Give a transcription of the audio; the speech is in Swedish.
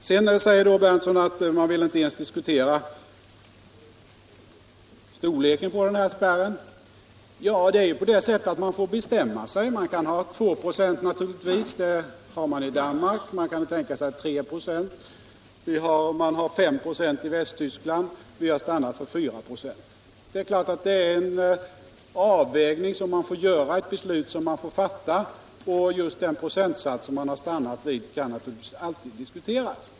Sedan säger herr Berndtson att vi inte ens vill diskutera storleken på spärren. Men man får ju bestämma sig. Man kan naturligtvis ha 2 96 som i Danmark, man kan också tänka sig 3 26, och man kan ha 5 926 som i Västtyskland. Vi har stannat för 4 96. Det är naturligtvis en avvägning man får göra, ett beslut man får fatta, och just den procentsats man har stannat vid kan alltid diskuteras.